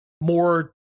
more